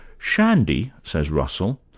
shandy says russell,